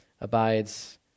abides